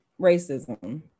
racism